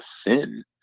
sin